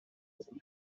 taureau